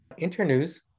Internews